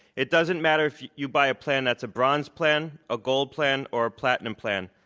it doesn't matter if you buy a plan that's a bronze plan, a gold plan, or a platinum plan.